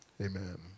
Amen